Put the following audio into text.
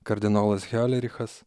kardinolas hiolerichas